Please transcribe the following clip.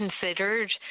considered